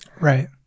Right